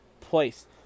place